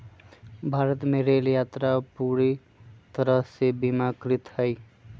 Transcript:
भारत में रेल यात्रा अब पूरा तरह से बीमाकृत हई